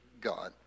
God